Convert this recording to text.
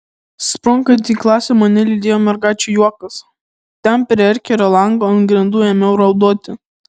sprunkant į klasę mane lydėjo mergaičių juokas ten prie erkerio lango ant grindų ėmiau raudoti